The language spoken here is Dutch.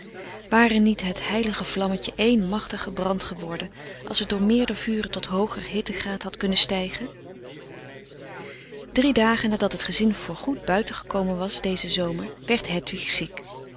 ware niet het heilige vlammetje één machtige brand geworden als het door meerder vuren tot hooger hittegraad had kunnen stijgen drie dagen nadat het gezin voor goed buitengekomen was dezen zomer werd hedwig ziek